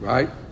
Right